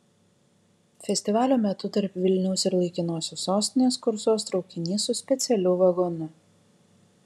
festivalio metu tarp vilniaus ir laikinosios sostinės kursuos traukinys su specialiu vagonu